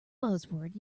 buzzword